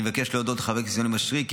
אני מבקש להודות לחבר הכנסת מישרקי,